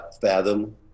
fathom